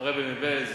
הרבי מבעלז,